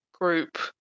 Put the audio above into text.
group